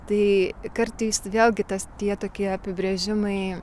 tai kartais vėlgi tas tie tokie apibrėžimai